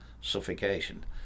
suffocation